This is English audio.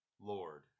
Lord